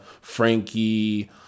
Frankie